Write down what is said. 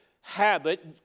habit